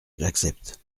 j’accepte